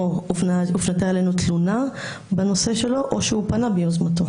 או הופנתה אלינו תלונה בנושא שלו או שהוא פנה אלינו ביוזמתו.